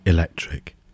Electric